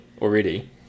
already